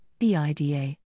BIDA